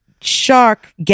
shark